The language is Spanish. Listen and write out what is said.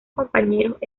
compañeros